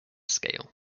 scale